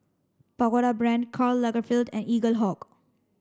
Pagoda Brand Karl Lagerfeld and Eaglehawk